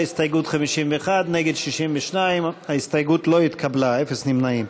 לסעיף תקציבי 21, השכלה גבוהה, סיוע לסטודנטים,